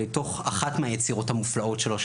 לתוך אחת מיצירות המופלאות שלו,